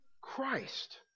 Christ